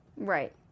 Right